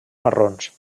marrons